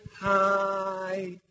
high